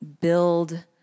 build